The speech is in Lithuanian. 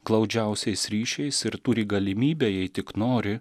glaudžiausiais ryšiais ir turi galimybę jei tik nori